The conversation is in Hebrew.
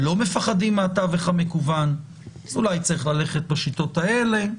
לא מפחדים מהתווך המקוון אז אולי צריך ללכת בשיטות האלה.